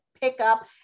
pickup